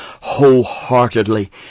wholeheartedly